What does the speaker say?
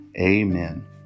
Amen